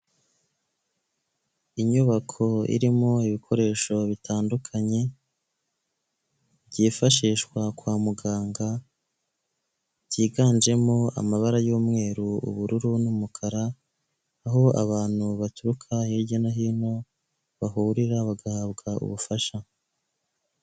Inyubako irimo ibikoresho bitandukanye byifashishwa kwa muganga byiganjemo amabara y'umweru, ubururu n'umukara aho abantu baturuka hirya no hino bahurira bagahabwa ubufasha.